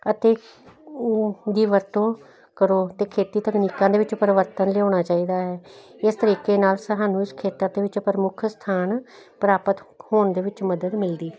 ਅਤੇ ਦੀ ਵਰਤੋਂ ਕਰੋ ਤੇ ਖੇਤੀ ਤਕਨੀਕਾਂ ਦੇ ਵਿੱਚ ਪਰਿਵਰਤਨ ਲਿਆਉਣਾ ਚਾਹੀਦਾ ਹੈ ਇਸ ਤਰੀਕੇ ਨਾਲ ਸਾਨੂੰ ਇਸ ਖੇਤਰ ਦੇ ਵਿੱਚ ਪ੍ਰਮੁੱਖ ਸਥਾਨ ਪ੍ਰਾਪਤ ਹੋਣ ਦੇ ਵਿੱਚ ਮਦਦ ਮਿਲਦੀ